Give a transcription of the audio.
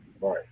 Right